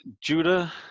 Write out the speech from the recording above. judah